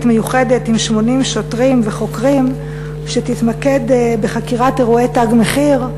מיוחדת עם 80 שוטרים וחוקרים שתתמקד בחקירת אירועי "תג מחיר",